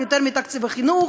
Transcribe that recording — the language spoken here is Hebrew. יותר מתקציב החינוך,